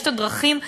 יש הדרכים.